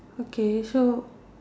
okay so